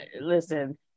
listen